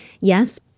Yes